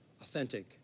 authentic